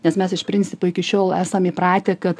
nes mes iš principo iki šiol esam įpratę kad